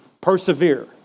Persevere